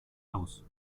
aus